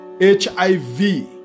HIV